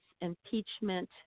impeachment